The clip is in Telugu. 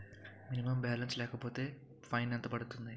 మినిమం బాలన్స్ లేకపోతే ఫైన్ ఎంత పడుతుంది?